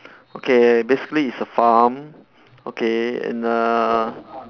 okay basically it's a farm okay and uh